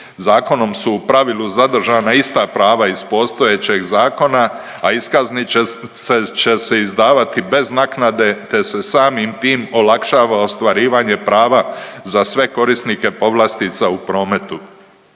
Zakonom su u pravilu zadržana ista prava iz postojećeg zakona, a iskaznice će se izdavati bez naknade te se samim tim olakšava ostvarivanje prava za sve korisnike povlastica u prometu.